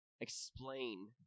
explain